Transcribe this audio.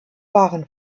waren